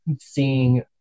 seeing